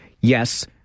Yes